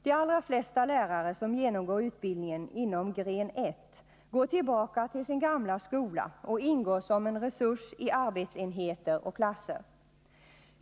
De allra flesta lärare som genomgår utbildningen inom gren 1 går tillbaka till sin gamla skola och ingår som en resurs i arbetsenheter eller klasser.